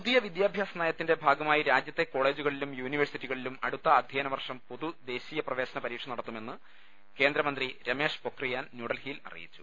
പുതിയ വിദ്യാഭ്യാസ നയത്തിന്റെ ഭാഗമായി രാജ്യത്തെ കോള ജുകളിലും യൂണിവേഴ്സിറ്റികളിലും അടുത്ത ആധ്യയന വർഷം പൊതു ദേശീയപ്രവേശന പരീക്ഷ നടത്തുമെന്ന് കേന്ദ്രമന്ത്രി രമേഷ് പൊഖ്രിയാൻ ന്യൂഡൽഹിയിൽ അറിയിച്ചു